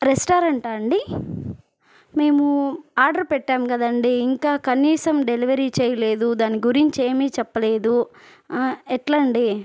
రెస్టారెంటా అండీ మేము ఆర్డర్ పెట్టాము కదండీ ఇంకా కనీసం డెలివరీ చేయలేదు దాని గురించి ఏమీ చెప్పలేదు ఎట్లాండి